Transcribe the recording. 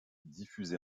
diffusé